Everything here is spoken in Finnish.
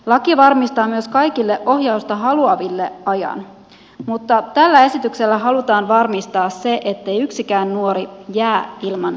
laki varmistaa myös kaikille ohjausta haluaville ajan mutta tällä esityksellä halutaan varmistaa se ettei yksikään nuori jää ilman sosiaalityötä